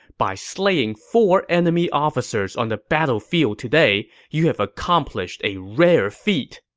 by slaying four enemy officers on the battlefield today, you have accomplished a rare feat!